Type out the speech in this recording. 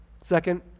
Second